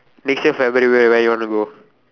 next year February where where you wanna go